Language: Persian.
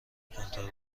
کنترل